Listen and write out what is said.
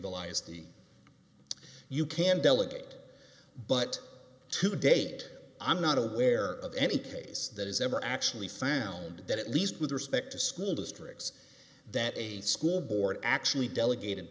the you can delegate but to date i'm not aware of any case that is ever actually found that at least with respect to school districts that a school board actually delegated